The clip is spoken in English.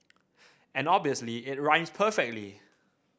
and obviously it rhymes perfectly